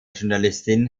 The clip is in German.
journalistin